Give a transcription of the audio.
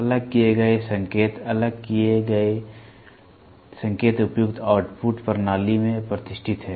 अलग किए गए संकेत अलग किए गए संकेत उपयुक्त आउटपुट प्रणाली में प्रतिष्ठित हैं